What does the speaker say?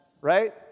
right